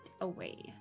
away